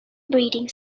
breeding